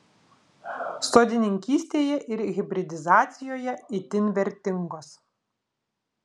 sodininkystėje ir hibridizacijoje itin vertingos